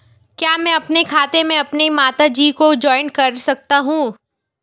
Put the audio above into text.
क्या मैं अपने खाते में अपनी माता जी को जॉइंट कर सकता हूँ?